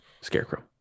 Scarecrow